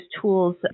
tools